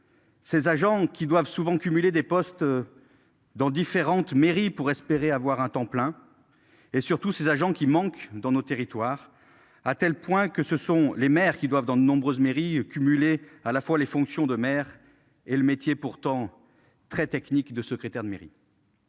Ces agents qui doivent souvent cumuler des postes. Dans différentes mairies pour espérer avoir un temps plein. Et surtout ses agents qui manque dans nos territoires, à tel point que ce sont les maires qui doivent dans de nombreuses mairies cumuler à la fois les fonctions de maire et le métier pourtant très technique de secrétaire de mairie.